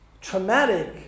traumatic